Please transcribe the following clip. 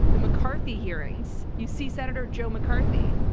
the mccarthy hearings. you see senator joe mccarthy,